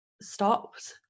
stopped